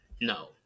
No